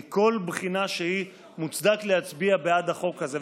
מכל בחינה שהיא מוצדק להצביע בעד החוק הזה.